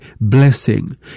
blessing